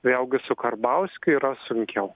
vėlgi su karbauskiu yra sunkiau